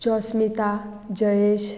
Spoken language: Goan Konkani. जस्मिता जयेश